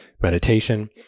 meditation